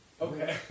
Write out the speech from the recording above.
Okay